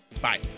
bye